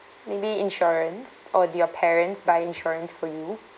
maybe insurance or do your parents buy insurance for you